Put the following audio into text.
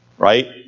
Right